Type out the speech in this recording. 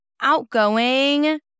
outgoing